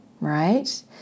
right